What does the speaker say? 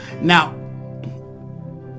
Now